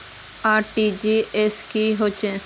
RTGS की होचए?